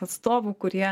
atstovų kurie